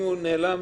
בא ואומר.